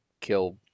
kill